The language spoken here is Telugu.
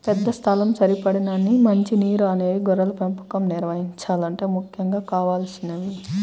పెద్ద స్థలం, సరిపడినన్ని మంచి నీరు అనేవి గొర్రెల పెంపకం నిర్వహించాలంటే ముఖ్యంగా కావలసినవి